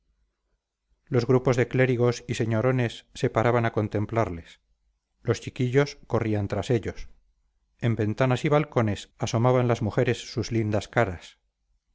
los grupos de clérigos y señorones se paraban a contemplarles los chiquillos corrían tras ellos en ventanas y balcones asomaban las mujeres sus lindas caras